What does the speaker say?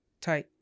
Tight